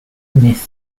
myth